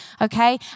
Okay